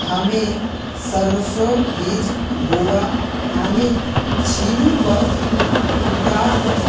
हामी सरसोर बीज बोवा आनिल छिनु पर उटा